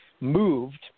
moved